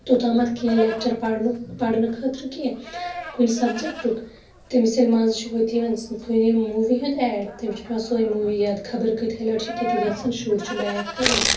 توٚتامَتھ کیٚنٛہہ لیکچَر پَڑھنُک پڑھنہٕ خٲطرٕ کیٚنٛہہ کُنہِ سَبجَکٹُک تٔمِس ییٚلہِ مَنزٕ چھُ ہُتھ یوان کُنہِ موٗوی ہُند ایڈ تٔمِس چھِ پیوان سۄ موٗوی یاد خبر کۭتِہاے لَٹہِ چھُ تِتہِ گَژھان شُر چھُ بیک کَران